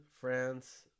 France